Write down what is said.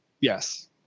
Yes